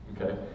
okay